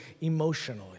emotionally